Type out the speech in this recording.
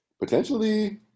Potentially